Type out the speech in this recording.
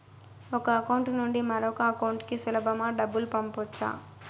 ఒక అకౌంట్ నుండి మరొక అకౌంట్ కు సులభమా డబ్బులు పంపొచ్చా